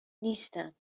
نیستم